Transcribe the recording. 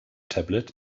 tablet